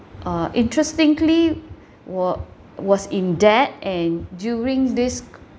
uh interestingly wa~ was in debt and during this